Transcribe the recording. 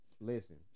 Listen